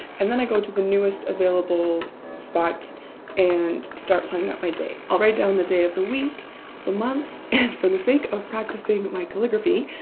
and then i go to the newest available spot and start playing out my day. i'll write down the day of the week, of the month, and for the sake of practicing my calligraphy,